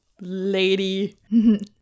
lady